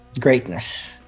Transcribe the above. greatness